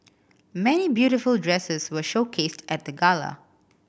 many beautiful dresses were showcased at the gala